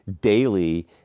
daily